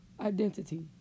identity